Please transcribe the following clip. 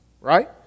right